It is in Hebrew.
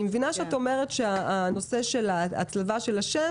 אני מבינה שאת אומרת שהנושא של הצלבת השם